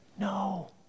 no